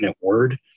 Word